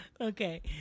Okay